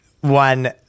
one